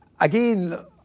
again